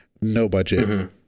no-budget